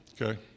okay